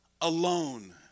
alone